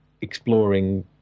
exploring